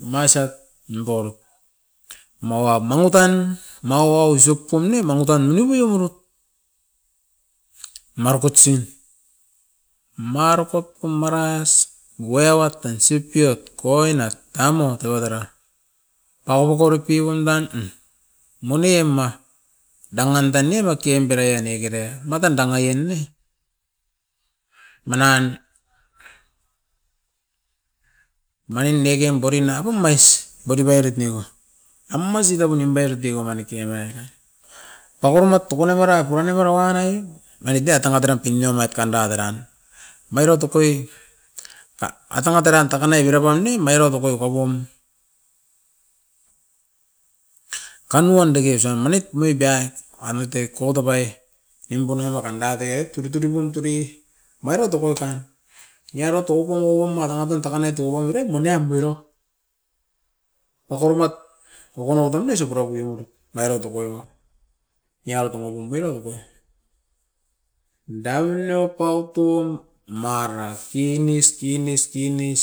U masat nim boil maua mangutan, mauau isop pum ne mangutan ninibuei burut markop tsin, markop o maras guewatan sipiot, koinat tamo teo dera. Tawoko diki piondan ah, mone ma dangan tan ne roun tiem bereie negera matan danga ien ne. Manan omainim nekem borinam o mais bori bairit neko, amasi taua nimperoit diego manike omaira, tauoromat tukonomerai puro namera wain aie mainit neia tanga tera piniomit kanda deran. Mairo tukoui ta atanga teran takanai pira pan ne, omairo tokoi kowom. Kanuan deke osa manit moi beia ain nou tekodo obai, nimpuro mokon matateit tudi tudi bun tudi maira toko tan niaro toukonouon mara oton takane tu oiran monian muiro, okorumat okonoton ne suprapuimu naira tokorio, niabe tokorio muiro roko n'dave na paup tom mara kinis. kinis, kinis,